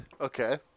Okay